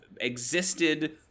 existed